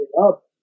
up